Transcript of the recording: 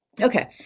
Okay